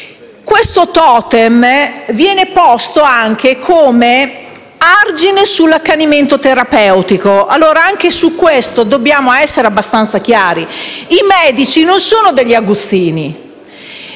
Questo *totem* viene posto anche come argine all'accanimento terapeutico. Anche su questo dobbiamo essere abbastanza chiari: i medici non sono degli aguzzini,